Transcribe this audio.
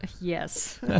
Yes